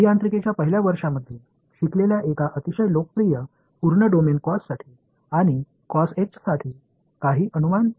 अभियांत्रिकीच्या पहिल्या वर्षामध्ये शिकलेल्या एका अतिशय लोकप्रिय पूर्ण डोमेन कॉससाठी किंवा कॉसएचसाठी काही अनुमान